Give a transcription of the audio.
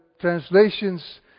translations